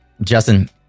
Justin